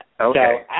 Okay